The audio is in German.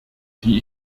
die